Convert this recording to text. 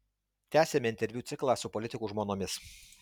tęsiame interviu ciklą su politikų žmonomis